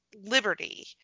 Liberty